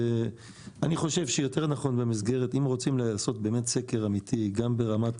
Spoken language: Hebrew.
אני חושב שאם רוצים לעשות סקר אמיתי, הן ברמת